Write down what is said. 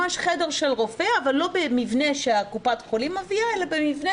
ממש חדר של רופא אבל לא במבנה שקופת החולים מביאה אלא מבנה